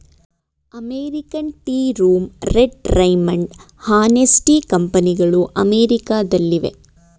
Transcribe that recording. American Tea Room, Red Raymond, Hanes Tea ಕಂಪನಿಗಳು ಅಮೆರಿಕದಲ್ಲಿವೆ